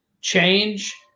change